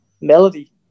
melody